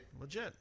Legit